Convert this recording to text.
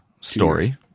story